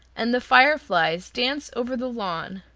and the fireflies dance over the lawn,